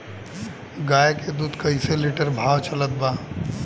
गाय के दूध कइसे लिटर भाव चलत बा?